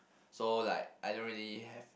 so like I don't really have